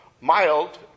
mild